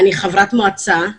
אני חברת מועצה,